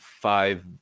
five